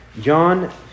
John